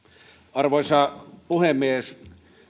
arvoisa puhemies